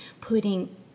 putting